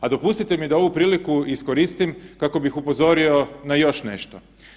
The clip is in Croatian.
A dopustite mi da ovu priliku iskoristim kako bih upozorio na još nešto.